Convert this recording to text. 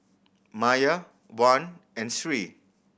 Maya Wan and Sri